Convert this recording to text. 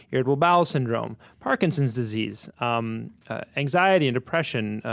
irritable bowel syndrome, parkinson's disease, um anxiety, and depression,